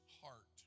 heart